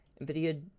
Nvidia